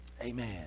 Amen